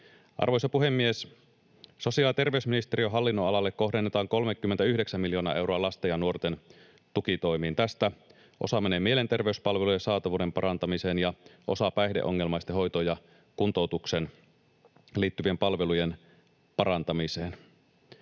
Arvoisa puhemies! Sosiaali- ja terveysministeriön hallinnonalalle kohdennetaan 39 miljoonaa euroa lasten ja nuorten tukitoimiin. Tästä osa menee mielenterveyspalvelujen saatavuuden parantamisen ja osa päihdeongelmaisten hoitoon ja kuntoutukseen liittyvien palvelujen parantamiseen.